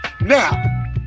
now